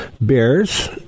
bears